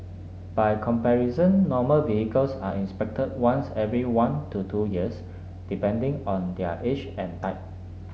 by comparison normal vehicles are inspected once every one to two years depending on their age and type